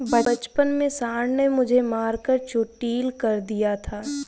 बचपन में सांड ने मुझे मारकर चोटील कर दिया था